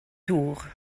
tour